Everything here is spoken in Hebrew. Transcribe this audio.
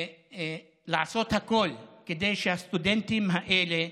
לעשות הכול כדי שהסטודנטים האלה,